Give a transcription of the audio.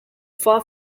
far